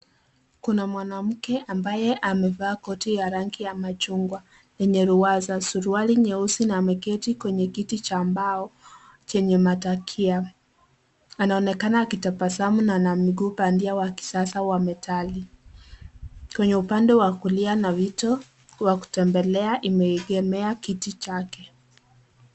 Kuna mwanamke ambaye amevaa koti ya rangi ya machungwa yeye ruwaza, suruali nyeusi na ameketi kwenye kiti cha mbao chenye matakia. Anaonekana akitabasamu na ana miguu bandia wa kisasa wa metali. Kwenye upande wa kulia nawito ya kutembelea imeegemea kiti chake.